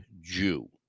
Jew